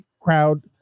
crowd